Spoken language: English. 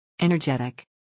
Energetic